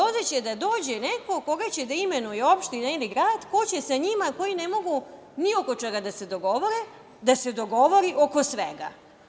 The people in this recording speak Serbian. Onda će da dođe neko koga će da imenuje opština ili grad, ko će sa njima, koji ne mogu ni oko čega da se dogovore, da se dogovori oko svega.